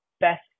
best